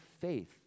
faith